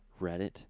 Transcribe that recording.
reddit